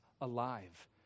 alive